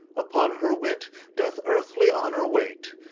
upon her wit doth earthly honour wait,